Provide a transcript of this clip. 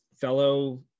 fellow